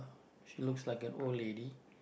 she looks like an old lady